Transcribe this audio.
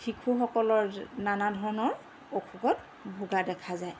শিশুসকলৰ নানা ধৰণৰ অসুখত ভুগা দেখা যায়